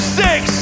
six